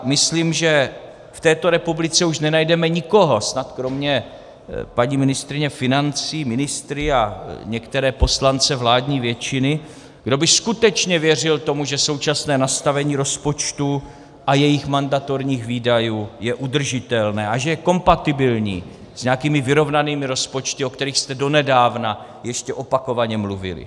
Myslím, že v této republice už nenajdeme nikoho, snad kromě paní ministryně financí, ministrů a některých poslanců vládní většiny, kdo by skutečně věřil tomu, že současné nastavení rozpočtu a jeho mandatorních výdajů je udržitelné a že je kompatibilní s nějakými vyrovnanými rozpočty, o kterých jste donedávna ještě opakovaně mluvili.